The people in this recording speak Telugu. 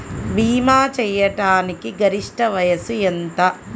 భీమా చేయాటానికి గరిష్ట వయస్సు ఎంత?